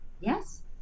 yes